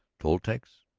toltecs?